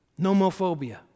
nomophobia